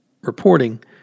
reporting